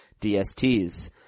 DSTs